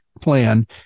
plan